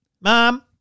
Mom